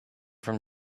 from